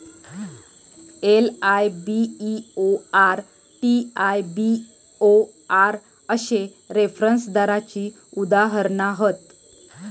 LIBOR, T I B O R अश्ये reference दराची उदाहरणा हत